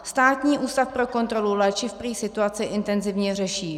Státní ústav pro kontrolu léčiv prý situaci intenzivně řeší.